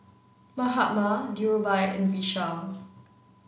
Mahatma Dhirubhai and Vishal